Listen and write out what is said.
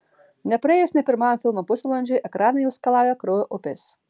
nepraėjus nė pirmam filmo pusvalandžiui ekraną jau skalauja kraujo upės